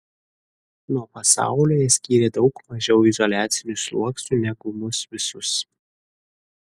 nuo pasaulio ją skyrė daug mažiau izoliacinių sluoksnių negu mus visus